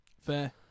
Fair